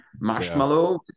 marshmallow